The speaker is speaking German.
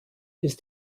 ist